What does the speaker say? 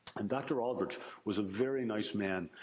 and dr. aldrich was a very nice man.